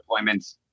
deployments